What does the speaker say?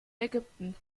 ägypten